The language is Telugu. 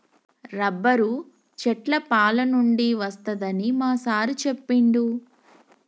రబ్బరు చెట్ల పాలనుండి వస్తదని మా సారు చెప్పిండు